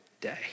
day